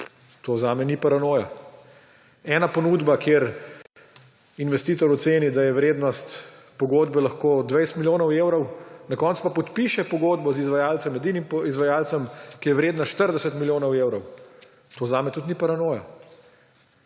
To zame ni paranoja. Ena ponudba, kjer investitor oceni, da je vrednost pogodbe lahko 20 milijonov evrov, na koncu pa podpiše pogodbo z izvajalcem, edinim izvajalcem, ki je vredna 40 milijonov evrov, to zame tudi ni paranoja.